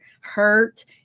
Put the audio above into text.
hurt